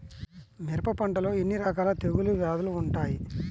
మిరప పంటలో ఎన్ని రకాల తెగులు వ్యాధులు వుంటాయి?